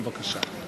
בבקשה.